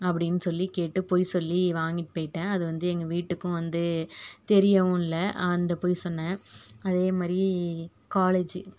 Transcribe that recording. அப்படின்னு சொல்லி கேட்டு பொய் சொல்லி வாங்கிட்டு போயிட்டேன் அது வந்து எங்கள் வீட்டுக்கும் வந்து தெரியவும் இல்லை அந்த பொய் சொன்னேன் அதே மாதிரி காலேஜ்